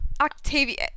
octavia